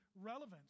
relevance